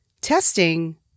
Testing